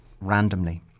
randomly